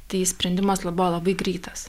tai sprendimas la buvo labai greitas